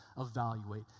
evaluate